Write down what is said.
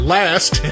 Last